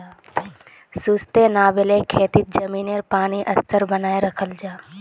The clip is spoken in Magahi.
सुस्तेनाब्ले खेतित ज़मीनी पानीर स्तर बनाए राखाल जाहा